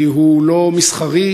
כי הוא לא מסחרי,